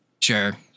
sure